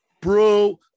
bro